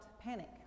panic